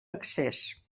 accés